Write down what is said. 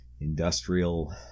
industrial